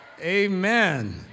amen